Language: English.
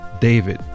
David